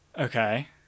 Okay